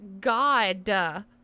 God